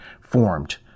formed